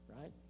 right